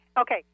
okay